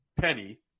penny